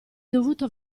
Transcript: dovuto